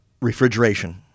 refrigeration